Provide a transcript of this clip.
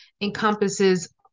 encompasses